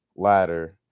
ladder